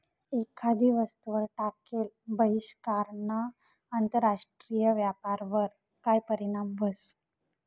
एखादी वस्तूवर टाकेल बहिष्कारना आंतरराष्ट्रीय व्यापारवर काय परीणाम व्हस?